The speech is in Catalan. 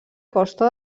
costa